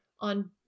on